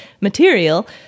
material